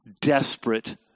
desperate